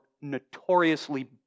notoriously